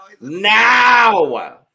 Now